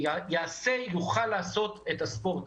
יוכל לעשות את הספורט.